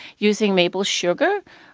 using maple sugar,